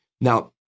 Now